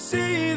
See